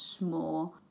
more